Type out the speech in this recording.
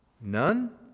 None